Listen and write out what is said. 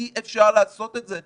אי אפשר לעשות את זה.